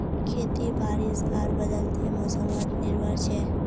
खेती बारिश आर बदलते मोसमोत निर्भर छे